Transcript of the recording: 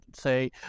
say